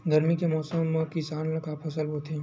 गरमी के मौसम मा किसान का फसल बोथे?